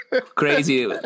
Crazy